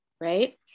right